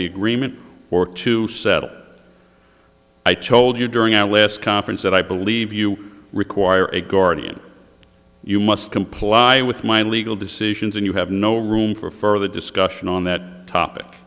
the agreement or to settle i told you during our last conference that i believe you require a guardian you must comply with my legal decisions and you have no room for further discussion on that topic